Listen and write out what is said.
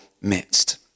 midst